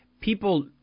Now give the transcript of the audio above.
people